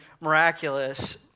miraculous